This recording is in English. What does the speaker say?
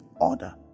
order